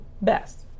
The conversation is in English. best